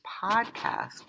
podcast